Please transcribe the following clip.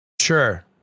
Sure